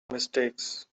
mistakes